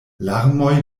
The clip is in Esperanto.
larmoj